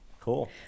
Cool